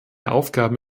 aufgaben